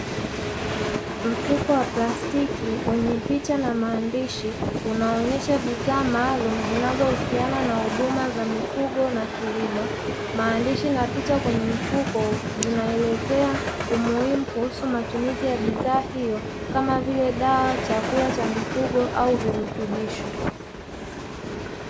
Mfuko wa plastiki wenye picha na maandishi, unaonyesha bidhaa maalumu zinazohusiana na huduma za mifugo na kilimo, maandishi na picha kwenye mfuko zinaelezea umuhimu kuhusu matumizi ya bidhaa hiyo, kama vile: dawa, chakula cha mifugo au virutubisho.